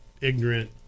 ignorant